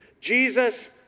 Jesus